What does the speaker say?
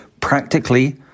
practically